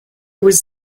was